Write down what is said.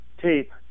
tape